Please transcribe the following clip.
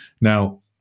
Now